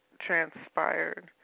transpired